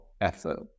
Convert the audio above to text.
effort